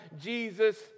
Jesus